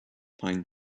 pine